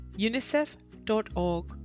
unicef.org